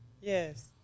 Yes